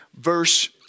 verse